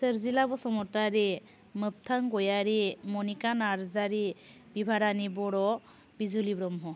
सोरजिला बसुमतारी मोगथां गयारि मनिका नारजारी दिफारानि बर' बिजुलि ब्रह्म